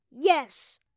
Yes